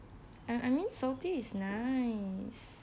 I I mean salty is nice